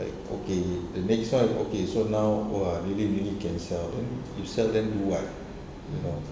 like okay the next one okay so now !whoa! really really can sell then if sell then do what you know